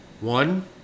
One